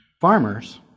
farmers